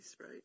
right